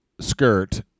skirt